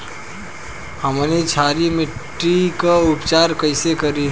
हमनी क्षारीय मिट्टी क उपचार कइसे करी?